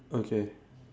okay